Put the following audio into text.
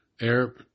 arab